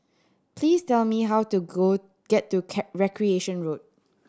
please tell me how to go get to Recreation Road